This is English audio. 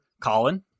Colin